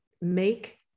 make